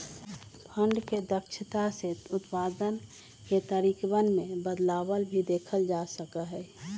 fund के दक्षता से उत्पाद के तरीकवन में बदलाव भी देखल जा हई